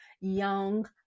young